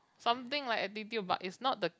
something like attitude but is not the